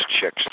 chicks